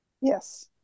Yes